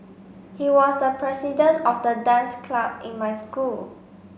he was the president of the dance club in my school